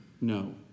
No